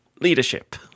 Leadership